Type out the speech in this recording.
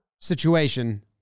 situation